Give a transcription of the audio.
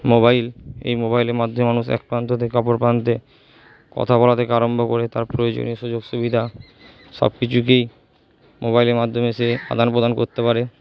mobile এই মোবাইলের মাধ্যমে মানুষ এক প্রান্ত থেকে অপর প্রান্তে কথা বলা থেকে আরম্ভ করে তার প্রয়োজনীয় সুযোগ সুবিধা সব কিছুকেই মোবাইলের মাধ্যমে সে আদান প্রদান করতে পারে